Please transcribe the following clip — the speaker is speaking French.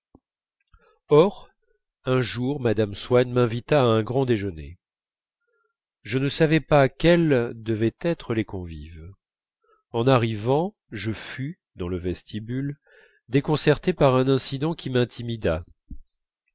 un jour mme swann m'invita à un grand déjeuner je ne savais pas quels devaient être les convives en arrivant je fus dans le vestibule déconcerté par un incident qui m'intimida